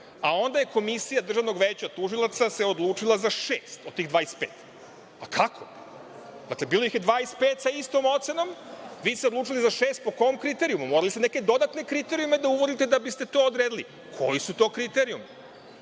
a onda je Komisija Državnog veća tužilaca se odlučila za šest od tih 25. Kako? Dakle, bilo ih je 25 sa istom ocenom, vi ste se odlučili za šest, po kom kriterijumu, morali ste neke dodatne kriterijume da biste to odredili. Koji su to kriterijumi?